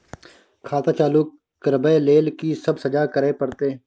खाता चालू करबै लेल की सब जमा करै परतै?